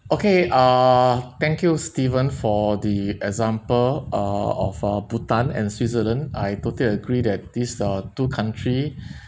okay uh thank you steven for the example uh of uh bhutan and switzerland I totally agree that this uh two country